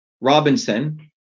Robinson